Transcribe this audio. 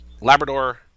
Labrador